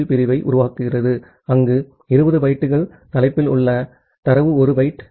B பிரிவை உருவாக்குகிறது அங்கு 20 பைட்டு ஹெட்டெரில் உள்ள தரவு 1 பைட்